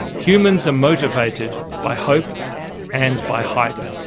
humans are motivated by hope and by hype.